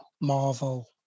Marvel